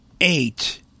eight